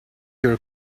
your